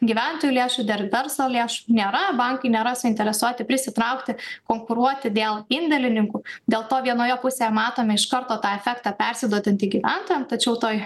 gyventojų lėšų dar verslo lėšų nėra bankai nėra suinteresuoti prisitraukti konkuruoti dėl indėlininkų dėl to vienoje pusėje matome iš karto tą efektą persiduodantį gyventojam tačiau toj